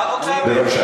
מה את רוצה ממנו?